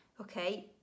okay